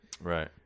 Right